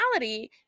reality